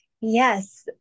Yes